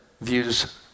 views